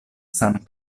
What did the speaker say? san